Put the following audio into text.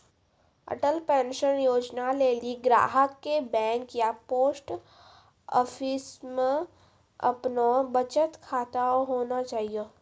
Atal pension Yojana लेली ग्राहक के बैंक या पोस्ट आफिसमे अपनो बचत खाता होना चाहियो